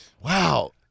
wow